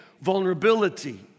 vulnerability